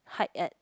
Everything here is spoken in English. hike at